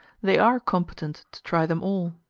they are competent to try them all.